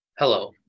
Hello